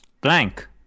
blank